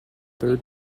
third